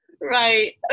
Right